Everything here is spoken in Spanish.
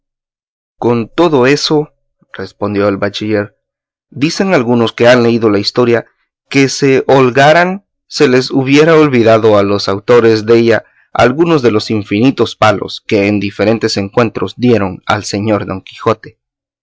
con todo eso respondió el bachiller dicen algunos que han leído la historia que se holgaran se les hubiera olvidado a los autores della algunos de los infinitos palos que en diferentes encuentros dieron al señor don quijote